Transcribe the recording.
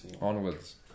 Onwards